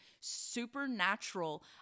supernatural